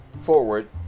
forward